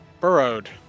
Burrowed